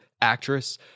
Actress